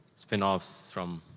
spinoffs from